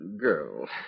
girl